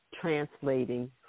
translating